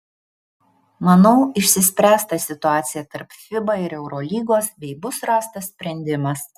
manau išsispręs ta situacija tarp fiba ir eurolygos bei bus rastas sprendimas